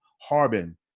Harbin